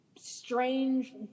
strange